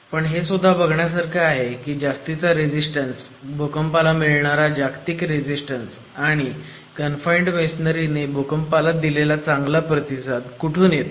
पण हेसुद्धा बघण्यासारखं आहे की जास्तीचा रेझिस्टंस भूकंपाला मिळणारा जागतिक रेझिस्टंस आणि कनफाईण्ड मेसोनरीने भूकंपाला दिलेला चांगला प्रतिसाद कुठून येतो